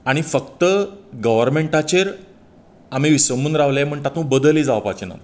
आनी फक्त गर्वमेंटाचेर आमी विसंबून रावलें म्हण तातुंत बदलय जावचें ना